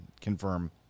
confirm